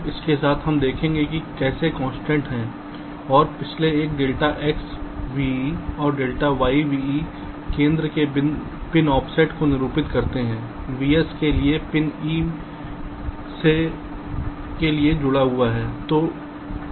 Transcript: तो इसके साथ हम देखेंगे कि कैसे कंस्ट्रेंट्स हैं और पिछले एक डेल्टा x ve और डेल्टा y ve केंद्र से पिन ऑफ़सेट को निरूपित करते हैं vs के लिए पिन e से के लिए जुड़ा हुआ है